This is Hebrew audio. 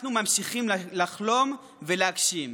אנחנו ממשיכים לחלום ולהגשים.